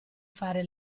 fare